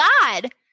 god